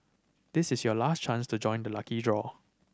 this is your last chance to join the lucky draw